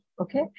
okay